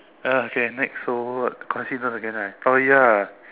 ya okay next so what question again right oh ya